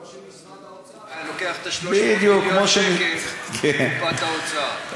כמו שמשרד האוצר היה לוקח את ה-300 מיליון שקל לקופת האוצר.